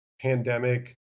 pandemic